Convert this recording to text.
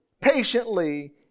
patiently